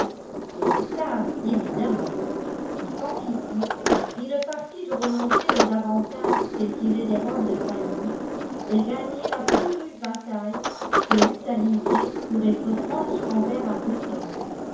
elles le savent évidemment et quand kitty prit le parti de renoncer aux avantages qu'elle tirait des robes de fanny elle gagnait la plus rude bataille qu'elle eût à livrer pour être franche envers